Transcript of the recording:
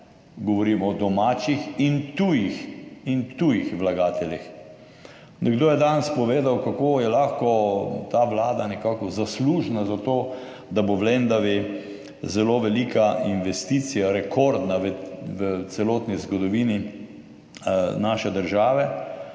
Govorim o domačih in tujih vlagateljih. Nekdo je danes povedal, kako je lahko ta vlada nekako zaslužna za to, da bo v Lendavi zelo velika investicija, rekordna v celotni zgodovini naše države.